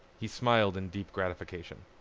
he smiled in deep gratification.